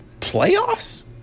playoffs